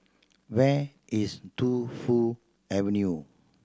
where is Tu Fu Avenue